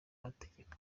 mategeko